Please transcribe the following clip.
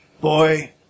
Boy